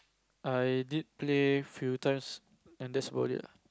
I did play few times and that's about it lah